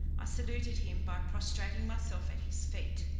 i saluted him by prostrating myself at his feet.